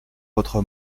votre